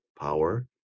power